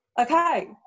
Okay